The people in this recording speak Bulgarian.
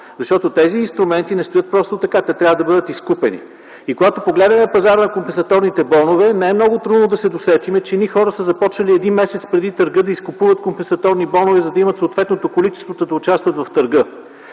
Защото тези инструменти не стоят просто така. Те трябва да бъдат изкупени. Когато погледнем пазара на компенсаторните бонове, не е много трудно да се досетим, че едни хора са започнали един месец преди търга да изкупуват компенсаторни бонове, за да имат съответното количество, та да участват в търга.